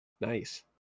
Nice